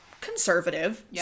conservative